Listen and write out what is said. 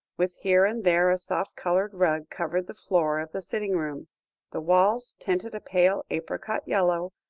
with here and there a soft-coloured rug, covered the floor of the sitting-room the walls, tinted a pale apricot yellow,